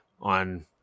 on